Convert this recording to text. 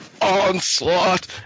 Onslaught